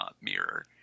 mirror